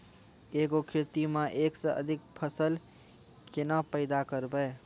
एक गो खेतो मे एक से अधिक फसल केना पैदा करबै?